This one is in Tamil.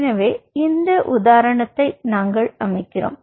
எனவே இந்த முன்னுதாரணத்தை நாங்கள் அமைக்கிறோம்